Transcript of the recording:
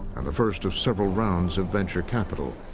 and the first of several rounds of venture capital.